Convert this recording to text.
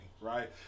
Right